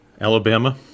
Alabama